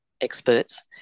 experts